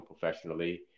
professionally